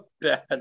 bad